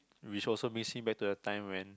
which also beings me back to the time when